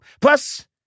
Plus